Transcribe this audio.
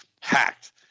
hacked